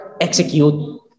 execute